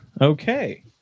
Okay